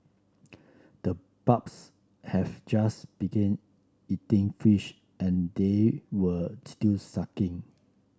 the pups have just began eating fish and they were still suckling